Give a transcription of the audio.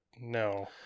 no